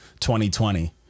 2020